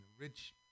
rich